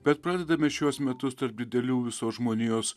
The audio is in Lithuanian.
bet pradedame šiuos metus tarp didelių visos žmonijos